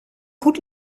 goed